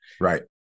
Right